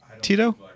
Tito